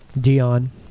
Dion